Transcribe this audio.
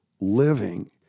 living